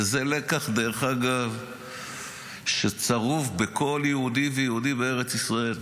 וזה לקח שצרוב בכל יהודי ויהודי בארץ ישראל,